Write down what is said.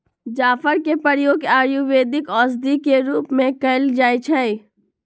जाफर के प्रयोग आयुर्वेदिक औषधि के रूप में कएल जाइ छइ